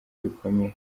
bikomere